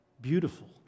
beautiful